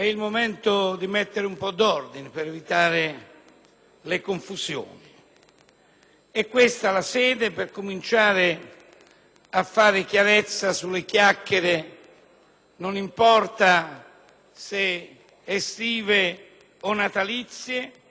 È questa la sede per cominciare a fare chiarezza sulle chiacchiere - non importa se estive o natalizie - che riguardavano e riguardano lo stato della giustizia